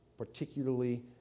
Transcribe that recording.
Particularly